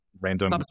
random